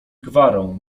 gwarą